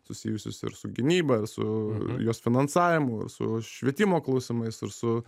susijusius ir su gynyba su jos finansavimu su švietimo klausimais ir su